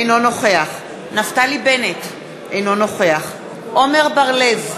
אינו נוכח נפתלי בנט, אינו נוכח עמר בר-לב,